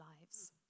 lives